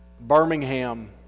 Birmingham